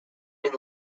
been